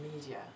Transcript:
media